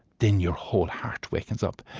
then your whole heart wakens up.